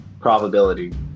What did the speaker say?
probability